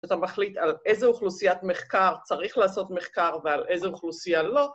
‫שאתה מחליט על איזה אוכלוסיית מחקר ‫צריך לעשות מחקר ועל איזה אוכלוסייה לא.